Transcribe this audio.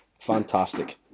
Fantastic